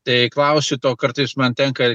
tai klausiu to kartais man tenka